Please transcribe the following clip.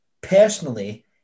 personally